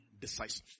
decisive